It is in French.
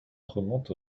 remonte